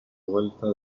vuelta